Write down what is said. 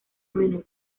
menor